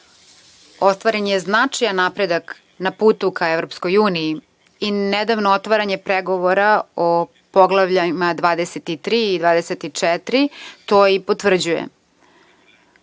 Srbiji. Ostvaren je značajan napredak na putu ka Evropskoj uniji i nedavno otvaranje pregovora o poglavljima 23. i 24. to i potvrđuje. Stoga